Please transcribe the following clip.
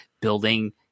building